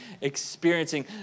experiencing